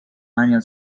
manual